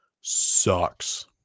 sucks